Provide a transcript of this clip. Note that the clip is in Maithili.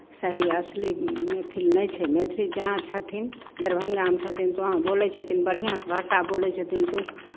सही असली मैथिल नहि छै मैथिली जहाँ छथिन दरभंगामे छथिन तऽ वहाँ बोलै छथिन बढ़िआँसँ भाषा बोलै छथिन तऽ उ